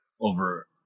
over